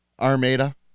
Armada